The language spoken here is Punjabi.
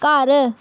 ਘਰ